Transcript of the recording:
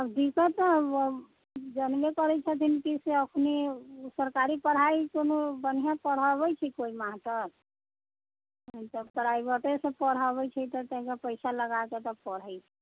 दिक्कत तऽ अभी जनबे करै छथिन अभी की से एखनी सरकारी पढ़ाइ कोनो बढ़िआँ पढ़बै छै कोइ मास्टर हमसब प्राइवेटेसँ पढ़बै छै तनिका पैसा लगाकऽ तऽ पढ़ै छै